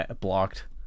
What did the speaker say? blocked